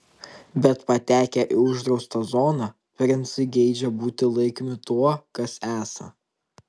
bet patekę į uždraustą zoną princai geidžia būti laikomi tuo kas esą